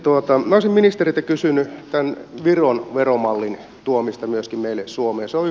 minä olisin ministeriltä kysynyt tämän viron veromallin tuomisesta myöskin meille suomeen